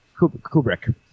kubrick